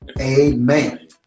Amen